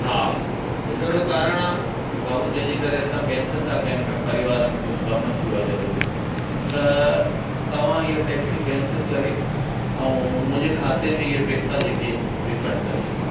हा कुझु अहिड़ो कारण आहे भाऊ जंहिंजें करे असां केंसिल था कयूं पिया परिवार में कुझु कम अची वियो आहे जरुरी त तव्हां हीअ टेक्सी केंसिल करे ऐं मुंहिंजे खाते में हीअ पैसा जेके आहिनि रिफ़ंड करे छॾियो